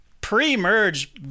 pre-merge